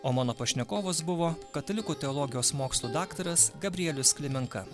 o mano pašnekovas buvo katalikų teologijos mokslų daktaras gabrielius klimenka